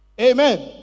Amen